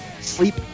sleep